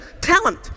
talent